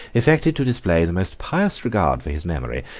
effected to display the most pious regard for his memory,